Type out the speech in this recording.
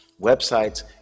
websites